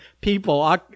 people